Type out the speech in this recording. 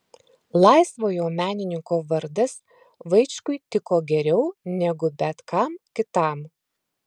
laisvojo menininko vardas vaičkui tiko geriau negu bet kam kitam